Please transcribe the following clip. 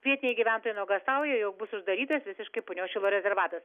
vietiniai gyventojai nuogąstauja jog bus uždarytas visiškai punios šilo rezervatas